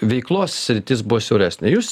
veiklos sritis siauresnė jūs